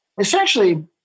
Essentially